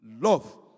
love